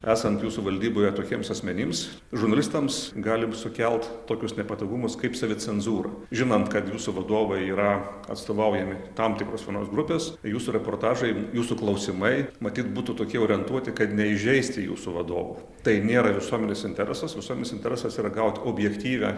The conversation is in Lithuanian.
esant jūsų valdyboje tokiems asmenims žurnalistams gali sukelt tokius nepatogumus kaip savicenzūra žinant kad jūsų vadovai yra atstovaujami tam tikros vienos grupės jūsų reportažai jūsų klausimai matyt būtų tokie orientuoti kad neįžeisti jūsų vadovo tai nėra visuomenės interesas visuomenės interesas yra gauti objektyvią